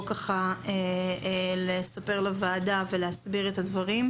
ככה לספר לוועדה ולהסביר את הדברים,